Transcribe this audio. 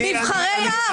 אנחנו פה נבחרי העם.